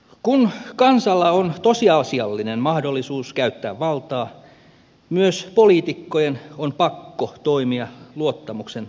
kun kansalla on tosiasiallinen mahdollisuus käyttää valtaa myös poliitikkojen on pakko toimia luottamuksen arvoisesti